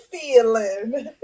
feeling